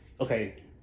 Okay